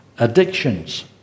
addictions